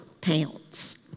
pounds